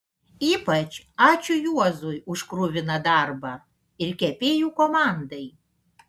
ypač ačiū juozui už kruviną darbą ir kepėjų komandai